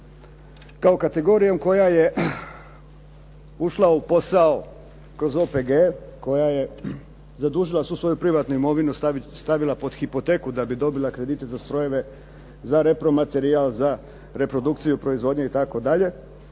kao kategorijom koja je ušla u posao kroz OPG koja je zadužila svu svoju privatnu imovinu, stavila pod hipoteku da bi dobila kredite za strojeve za repromaterijal, za reprodukciju proizvodnje itd.